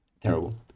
terrible